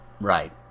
Right